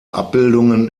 abbildungen